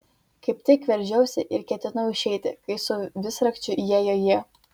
kaip tik veržiausi ir ketinau išeiti kai su visrakčiu įėjo jie